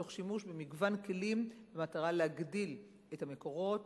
תוך שימוש במגוון כלים במטרה להגדיל את המקורות